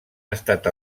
estat